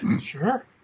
Sure